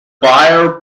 buyer